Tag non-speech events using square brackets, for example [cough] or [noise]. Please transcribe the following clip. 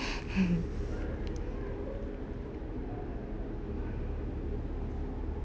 [laughs]